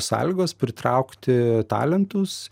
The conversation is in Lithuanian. sąlygos pritraukti talentus